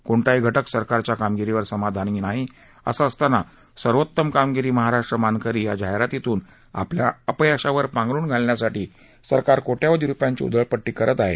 कोणताही घटक सरकारच्या कागिरीवर समाधानी नाही असं असताना सर्वोतम कामगिरी महाराष्ट्र मानकरी या जाहिरातीतून आपल्या अपयशावर पांघरुन घालण्यासाठी सरकार कोट्यवधि रुपयांची उधळपट्टी करत आहे